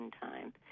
time